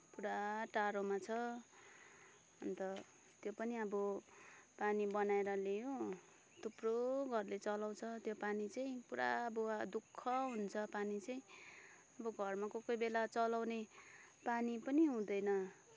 पुरा टाढोमा छ अन्त त्यो पनि अब पानी बनाएर ल्यायो थुप्रो घरले चलाउँछ त्यो पानी चाहिँ पुरा अब दुःख हुन्छ पानी चाहिँ अब घरमा कोही कोही बेला चलाउने पानी पनि हुँदैन